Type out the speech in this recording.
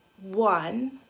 One